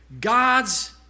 God's